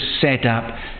setup